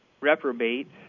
reprobate